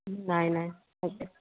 ନାହିଁ ନାହିଁ